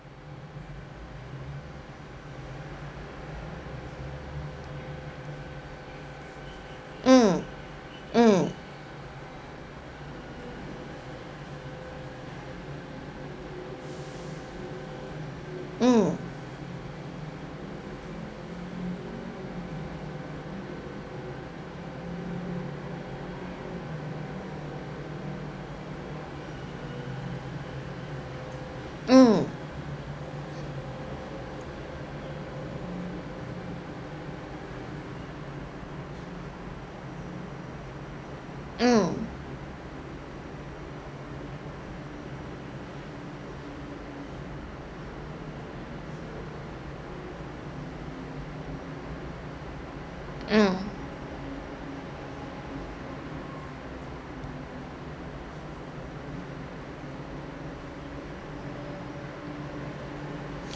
mm mm mm mm mm mm